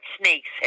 snakes